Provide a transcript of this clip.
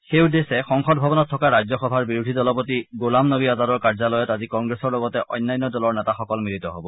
সেই উদ্দেশ্যে সংসদ ভৱনত থকা ৰাজ্যসভাৰ বিৰোধী দলপতি গোলাম নবী আজাদৰ কাৰ্য্যালয়ত আজি কংগ্ৰেছৰ লগতে অন্যান্য দলৰ নেতাসকল মিলিত হ'ব